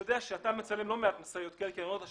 המשרד לאיכות הסביבה,